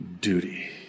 duty